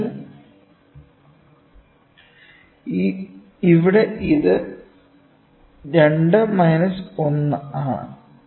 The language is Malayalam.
അതിനാൽ ഇവിടെ ഇത് 2 മൈനസ് 1 ആണ്